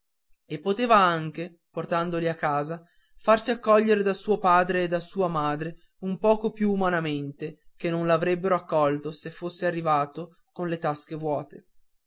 e poteva anche portandoli a casa farsi accogliere da suo padre e da sua madre un poco più umanamente che non l'avrebbero accolto se fosse arrivato con le tasche vuote